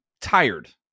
tired